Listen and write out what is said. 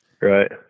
Right